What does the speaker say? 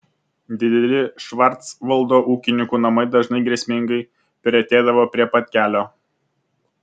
dideli švarcvaldo ūkininkų namai dažnai grėsmingai priartėdavo prie pat kelio